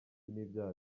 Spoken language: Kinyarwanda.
n’ibyaha